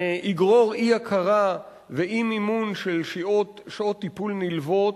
זה יגרור אי-הכרה ואי-מימון של שעות טיפול נלוות,